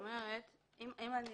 ברשותך,